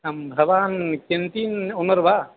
आं भवान् कियन्ति उत वा